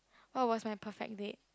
what was my perfect date